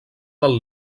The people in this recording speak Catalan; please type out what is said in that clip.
del